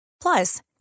Plus